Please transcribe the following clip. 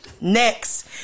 next